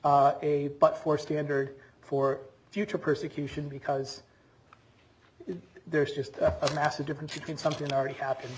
impute a but for standard for future persecution because if there's just a massive difference between something already happened